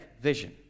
vision